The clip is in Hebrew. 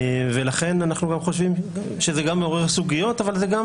לכן אנחנו גם חושבים שזה גם מעורר סוגיות אבל זה גם